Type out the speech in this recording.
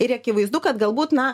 ir akivaizdu kad galbūt na